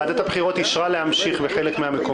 ועדת הבחירות אישרה להמשיך בחלק מהמקומות.